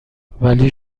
ولی